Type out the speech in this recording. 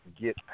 get